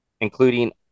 including